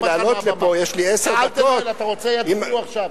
אתה רוצה, יצביעו עכשיו.